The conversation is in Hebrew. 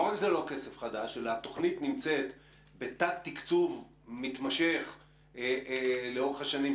לא רק שזה לא כסף חדש אלא התוכנית נמצאת בתת תקצוב מתמשך לאורך השנים,